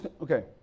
okay